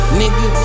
nigga